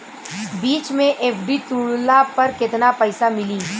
बीच मे एफ.डी तुड़ला पर केतना पईसा मिली?